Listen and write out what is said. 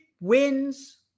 wins